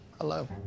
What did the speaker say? hello